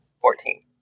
fourteen